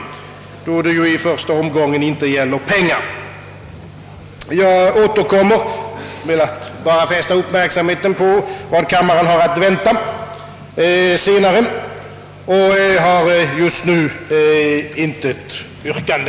Jag återkommer och har i dag bara velat fästa uppmärksamheten på vad kammaren har att vänta senare. Just nu har jag inget yrkande.